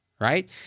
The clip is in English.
right